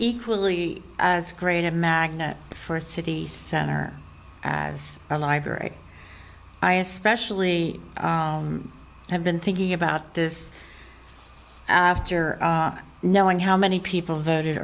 equally great a magnet for a city center as a library i especially have been thinking about this after knowing how many people voted